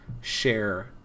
share